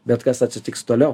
bet kas atsitiks toliau